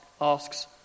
asks